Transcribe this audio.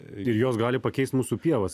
ir jos gali pakeist mūsų pievas